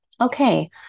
okay